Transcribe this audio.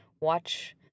Watch